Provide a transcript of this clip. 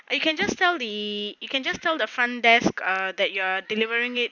you can just tell the you can just tell the front desk ah that you are delivering it